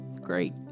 Great